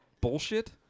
bullshit